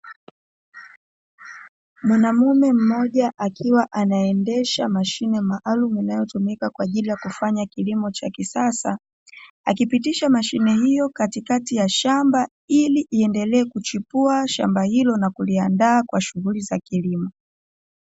Mwanaume mmoja akiwa anaendesha mashine maalumu inayotumika kwa ajili ya kufanya kilimo cha kisasa, akipitisha mashine hiyo katikati ya shamba ili iendelee kuchipua shamba hilo na kuliandaa kwa shughuli za kilimo.